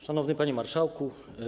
Szanowny Panie Marszałku!